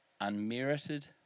Unmerited